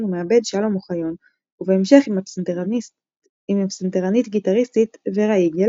ומעבד שלום אוחיון ובהמשך עם הפסנתרנית/גיטריסטית וורה איגל,